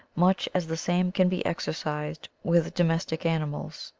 much as the same can be exercised with domestic animals.